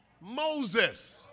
Moses